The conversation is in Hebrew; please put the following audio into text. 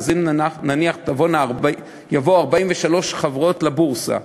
אם נניח יבואו 43 חברות לבורסה,